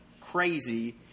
crazy